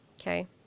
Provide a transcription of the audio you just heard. Okay